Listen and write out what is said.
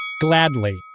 Gladly